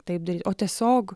taip daryt o tiesiog